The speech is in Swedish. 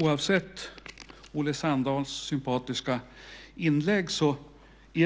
Oavsett Olle Sandahls sympatiska inlägg finns